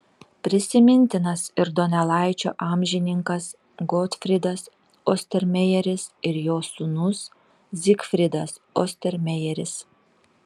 prisimintinas ir donelaičio amžininkas gotfrydas ostermejeris ir jo sūnus zygfridas ostermejeris